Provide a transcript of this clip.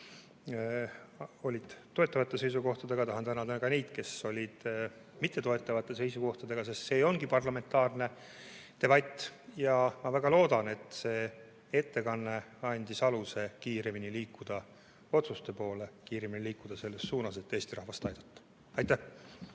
olid toetavate seisukohtadega, ja tahan tänada ka neid, kes olid mittetoetavate seisukohtadega, sest see ongi parlamentaarne debatt. Ja ma väga loodan, et see ettekanne andis aluse kiiremini liikuda otsuste poole ja kiiremini liikuda selles suunas, et Eesti rahvast aidata. Aitäh!